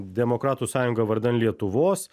demokratų sąjunga vardan lietuvos